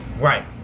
Right